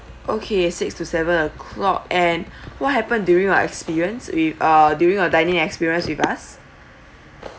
okay six to seven o'clock and what happened during your experience with uh during your dining experience with us